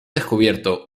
descubierto